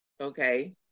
Okay